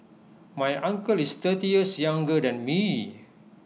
my uncle is thirty years younger than me